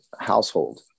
household